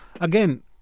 again